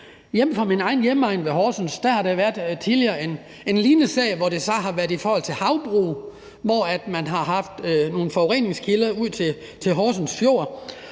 det. I min egen hjemegn ved Horsens har der tidligere været en lignende sag. Det har så været i forhold til havbrug. Man har haft nogle forureningskilder ud til Horsens Fjord,